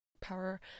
power